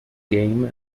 game